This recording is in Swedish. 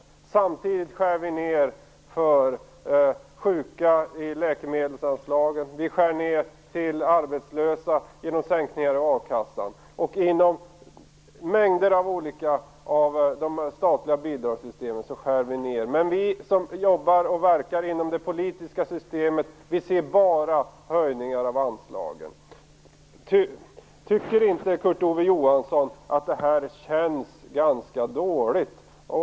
Men samtidigt skär vi ned för sjuka när det gäller läkemedelsanslagen och för arbetslösa genom sänkta ersättningar inom a-kassan. Vi skär ned inom en mängd av de statliga bidragssystemen. Vi däremot som verkar inom det politiska systemet ser bara höjningar av anslagen. Tycker inte Kurt Ove Johansson att det här känns ganska dåligt?